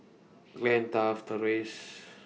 Glynn Taft Therese